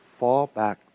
fallback